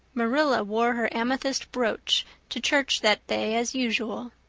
marilla wore her amethyst brooch to church that day as usual.